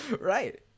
right